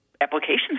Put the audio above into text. applications